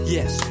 Yes